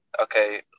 Okay